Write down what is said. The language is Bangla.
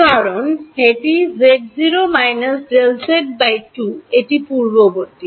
কারণ এটি z0 Δz 2 এটি পূর্ববর্তী